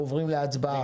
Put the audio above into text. אנחנו עוברים להצבעה.